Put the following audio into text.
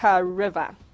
River